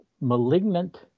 malignant